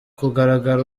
kugaragara